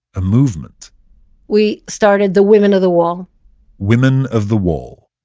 a movement we started the women of the wall women of the wall.